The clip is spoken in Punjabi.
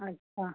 ਅੱਛਾ